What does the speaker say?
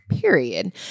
Period